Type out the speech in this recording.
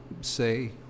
say